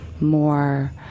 more